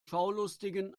schaulustigen